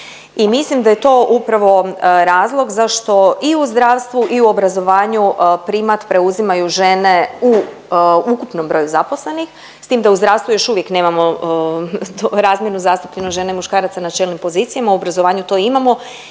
mislim da je to upravo razlog zašto i u zdravstvu i u obrazovanju primat preuzimaju žene u ukupnom broju zaposlenih s tim da u zdravstvu još uvijek nemamo razmjernu zastupljenost žena i muškaraca na čelnim pozicijama, u obrazovanju to imamo